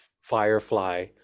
Firefly